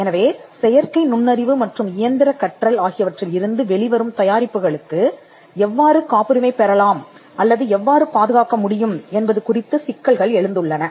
எனவே செயற்கை நுண்ணறிவு மற்றும் இயந்திரக் கற்றல் ஆகியவற்றில் இருந்து வெளிவரும் தயாரிப்புகளுக்கு எவ்வாறு காப்புரிமை பெறலாம் அல்லது எவ்வாறு பாதுகாக்க முடியும் என்பது குறித்து சிக்கல்கள் எழுந்துள்ளன